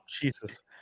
Jesus